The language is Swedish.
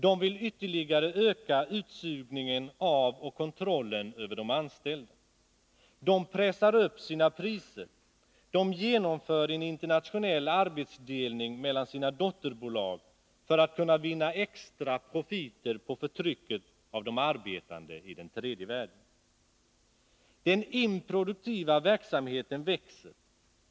De vill ytterligare öka utsugningen av och kontrollen över de anställda. De pressar upp sina priser. De genomför en internationell arbetsdelning mellan sina dotterbolag för att kunna vinna extra profiter på förtrycket av de arbetande i tredje världen. Den improduktiva verksamheten växer.